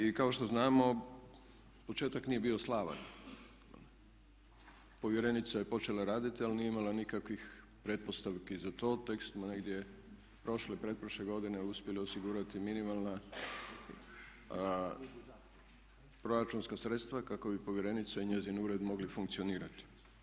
I kao što znamo početak nije bio slavan, povjerenica je počela raditi ali nije imala nikakvih pretpostavki za to, tek smo negdje prošle i pretprošle godine uspjeli osigurati minimalna proračunska sredstva kako bi povjerenica i njezin ured mogli funkcionirati.